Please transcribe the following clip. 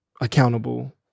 accountable